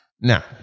Now